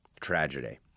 tragedy